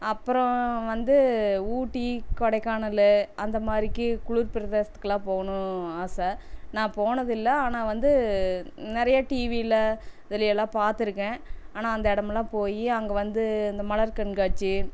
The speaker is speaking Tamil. அப்புறம் வந்து ஊட்டி கொடைக்கானல் அந்த மாதிரிக்கி குளிர் பிரதேசத்துக்குலாம் போகணும் ஆசை நான் போனதில்லை ஆனால் வந்து நிறையா டிவில இதுலயெல்லாம் பார்த்துருக்கேன் ஆனால் அந்த இடம்லாம் போய் அங்கே வந்து இந்த மலர் கண்காட்சி